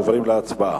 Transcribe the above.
עוברים להצבעה.